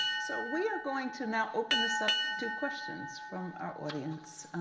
so we are going to now open this up to questions from our audience.